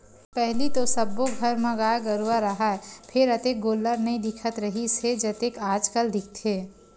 पहिली तो सब्बो घर म गाय गरूवा राहय फेर अतेक गोल्लर नइ दिखत रिहिस हे जतेक आजकल दिखथे